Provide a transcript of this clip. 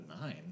nine